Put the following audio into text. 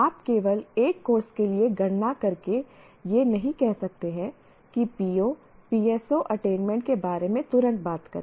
आप केवल एक कोर्स के लिए गणना करके यह नहीं कह सकते हैं कि PO PSOअटेनमेंट के बारे में तुरंत बात करें